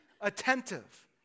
attentive